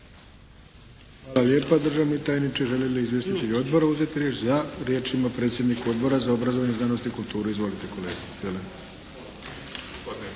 Hvala lijepa državni tajniče. Žele li izvjestitelji odbora uzeti riječ? Da. Riječ ima predsjednik Odbora za obrazovanje, znanost i kulturu. Izvolite